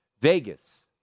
Vegas